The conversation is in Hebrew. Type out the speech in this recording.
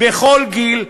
בכל גיל,